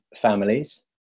families